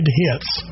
hits